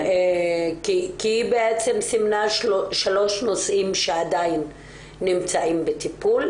כי היא בעצם סימנה שלושה נושאים שעדין נמצאים בטיפול.